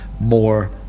more